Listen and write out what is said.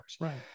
right